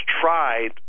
tried